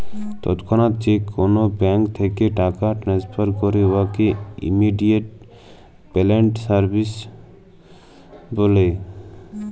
তৎক্ষণাৎ যে কল ব্যাংক থ্যাইকে টাকা টেনেসফার ক্যরে উয়াকে ইমেডিয়াতে পেমেল্ট সার্ভিস ব্যলে